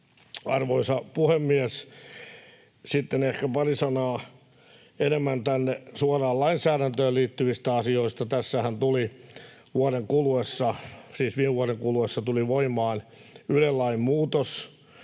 Arvoisa puhemies! Sitten ehkä pari sanaa enemmän suoraan lainsäädäntöön liittyvistä asioista. Tässähän tuli vuoden kuluessa, siis viime vuoden kuluessa, voimaan Yle-lain muutos,